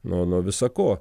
nuo nuo visa ko